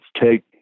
take